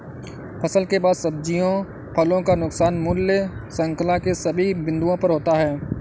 फसल के बाद सब्जियों फलों का नुकसान मूल्य श्रृंखला के सभी बिंदुओं पर होता है